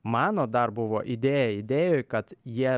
mano dar buvo idėja idėjoj kad jie